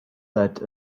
that